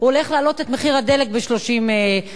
הוא הולך להעלות את מחיר הדלק ב-30 אגורות.